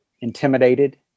intimidated